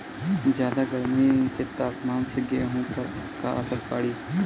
ज्यादा गर्मी के तापमान से गेहूँ पर का असर पड़ी?